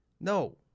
No